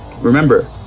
remember